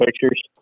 pictures